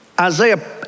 Isaiah